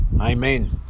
Amen